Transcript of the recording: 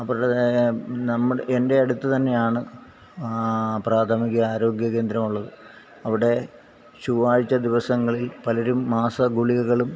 അവരുടെ നമ്മുടെ എന്റെ അടുത്ത് തന്നെയാണ് പ്രാഥമിക ആരോഗ്യ കേന്ദ്രം ഉള്ളത് അവിടെ ചൊവ്വാഴ്ച ദിവസങ്ങളിൽ പലരും മാസ ഗുളികകളും